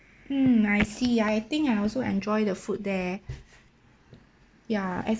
mm I see I think I also enjoy the food there ya